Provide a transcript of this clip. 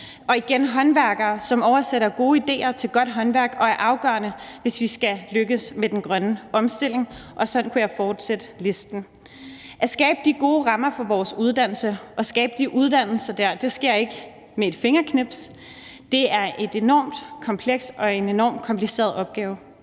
brug for håndværkere, som oversætter gode ideer til godt håndværk og er afgørende, hvis vi skal lykkes med den grønne omstilling; og sådan kunne jeg fortsætte listen. Det at skabe de gode rammer for vores uddannelse og skabe de der uddannelser sker ikke med et fingerknips. Det er enormt komplekst og en enormt kompliceret opgave,